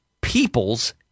people's